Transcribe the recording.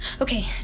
okay